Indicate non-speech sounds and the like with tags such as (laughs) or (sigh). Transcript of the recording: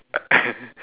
(laughs)